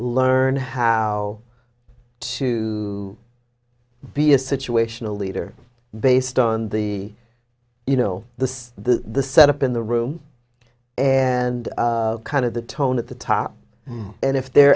learn how to be a situational leader based on the you know the set up in the room and kind of the tone at the top and if they're